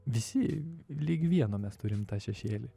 visi lig vieno mes turim tą šešėlį